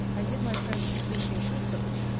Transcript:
and give my friends convincing proofs of it,